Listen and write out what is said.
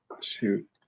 Shoot